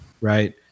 right